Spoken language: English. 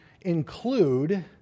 include